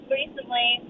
recently